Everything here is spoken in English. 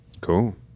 Cool